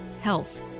health